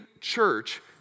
church